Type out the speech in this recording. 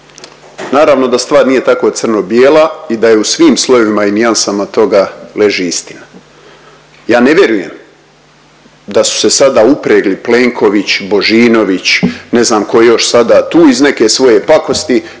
Naravno da stvar nije tako crno bijela i da je u svim slojevima i nijansama toga leži istina. Ja ne vjerujem da su se sada upregli Plenković, Božinović ne znam tko je još sada tu iz neke svoje pakosti